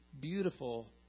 beautiful